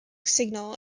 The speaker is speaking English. signal